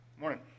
morning